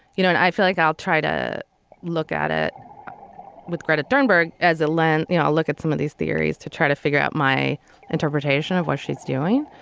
you know and i feel like i'll try to look at it with credit thornberg as a land. you know look at some of these theories to try to figure out my interpretation of what she's doing.